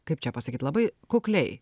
kaip čia pasakyt labai kukliai